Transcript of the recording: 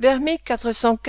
ysabeau femme